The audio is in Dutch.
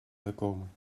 gekomen